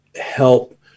help